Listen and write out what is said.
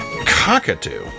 Cockatoo